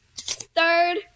Third